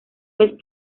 vez